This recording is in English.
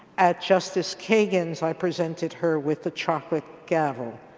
at justice kagan's i presented her with a chocolate gavel.